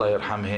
שאלוהים ירחם.